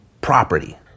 property